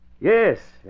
Yes